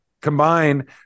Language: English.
combine